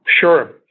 Sure